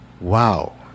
Wow